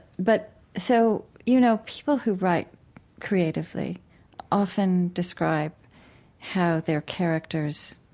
but so you know, people who write creatively often describe how their characters,